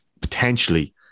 potentially